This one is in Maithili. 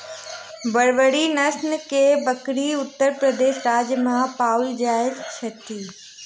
बर्बरी नस्ल के बकरी उत्तर प्रदेश राज्य में पाओल जाइत अछि